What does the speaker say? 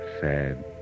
sad